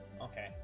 Okay